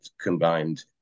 combined